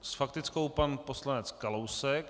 S faktickou pan poslanec Kalousek.